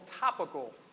topical